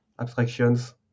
abstractions